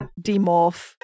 demorph